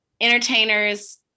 entertainer's